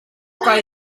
kai